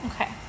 okay